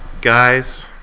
guys